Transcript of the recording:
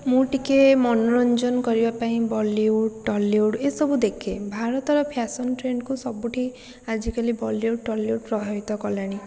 ମୁଁ ଟିକିଏ ମନୋରଞ୍ଜନ କରିବା ପାଇଁ ବଲିଉଡ଼୍ ଟଲିଉଡ଼୍ ଏସବୁ ଦେଖେ ଭାରତର ଫ୍ୟାଶନ୍ ଟ୍ରେଣ୍ଡ୍କୁ ସବୁଠି ଆଜିକାଲି ବଲିଉଡ୍ ଟଲିଉଡ୍ ପ୍ରଭାବିତ କଲାଣି